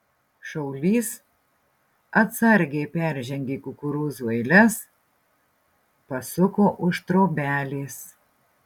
šaulys atsargiai peržengė kukurūzų eiles pasuko už trobelės